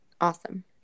Awesome